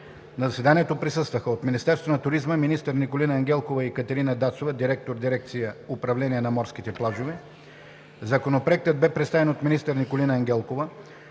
На заседанието присъстваха: от Министерството на туризма – министър Николина Ангелкова, и Екатерина Дацова – директор на дирекция „Управление на морските плажове“. Законопроектът бе представен от министър Николина Ангелкова.